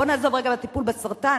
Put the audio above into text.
בואו נעזוב רגע את הטיפול בסרטן,